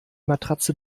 matratze